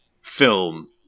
film